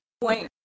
point